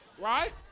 right